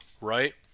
right